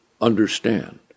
understand